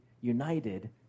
united